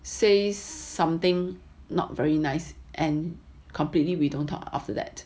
says something not very nice and completely we don't talk after that